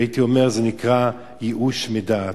והייתי אומר שזה נקרא ייאוש מדעת.